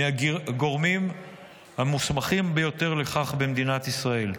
מהגורמים המוסמכים ביותר לכך במדינת ישראל.